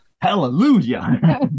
hallelujah